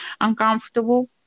uncomfortable